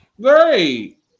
Great